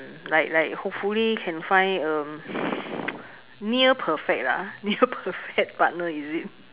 mm like like hopefully can find a near perfect lah near perfect partner is it